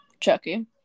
chucky